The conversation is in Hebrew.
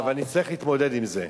אבל נצטרך להתמודד עם זה.